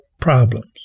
problems